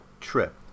trip